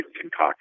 concoct